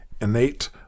innate